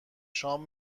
شام